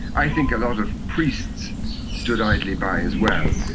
i think a lot of priests stood idly by as well.